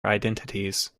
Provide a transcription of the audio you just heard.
identities